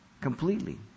completely